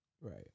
Right